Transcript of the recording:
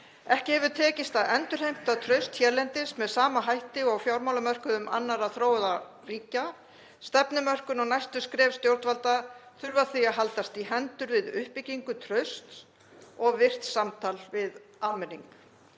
„Ekki hefur tekist að endurheimta traust hérlendis með sama hætti og á fjármálamörkuðum annarra þróaðra ríkja. Stefnumörkun og næstu skref stjórnvalda þurfa því að haldast í hendur við uppbyggingu trausts og virkt samtal við almenning.“